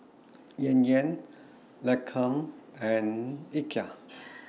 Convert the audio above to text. Yan Yan Lancome and Ikea